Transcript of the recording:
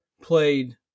played